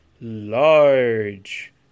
large